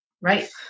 Right